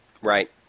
Right